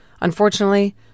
Unfortunately